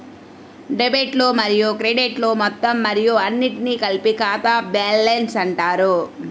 డెబిట్లు మరియు క్రెడిట్లు మొత్తం మరియు అన్నింటినీ కలిపి ఖాతా బ్యాలెన్స్ అంటారు